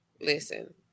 listen